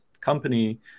company